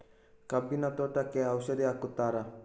ಕಬ್ಬಿನ ತೋಟಕ್ಕೆ ಔಷಧಿ ಹಾಕುತ್ತಾರಾ?